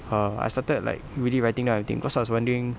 err I started like really writing down everything cause I was wondering